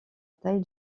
taille